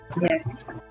yes